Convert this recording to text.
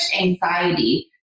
anxiety